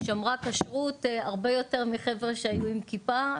היא שמרה כשרות הרבה יותר מחבר'ה שהיו עם כיפה,